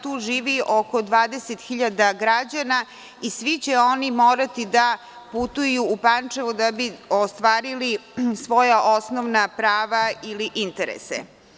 Tu živi oko 20.000 građana i svi će oni morati da putuju u Pančevo da bi ostvarili svoja osnovna prava ili interese.